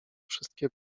wszystkie